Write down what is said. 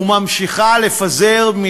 וממשיכה לפזר,